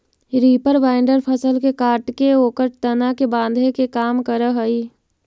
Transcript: reaper binder फसल के काटके ओकर तना के बाँधे के काम करऽ हई